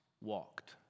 walked